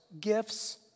gifts